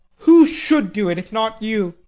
who should do it if not you?